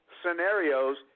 scenarios